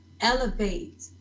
elevate